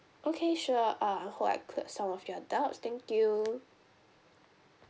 okay sure uh I hope I cleared some of your doubts thank you